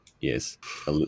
Yes